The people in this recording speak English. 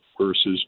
versus